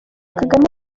kagame